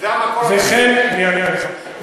אענה לך.